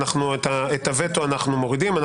את הווטו אנחנו מורידים,